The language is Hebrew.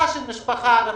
לישובים?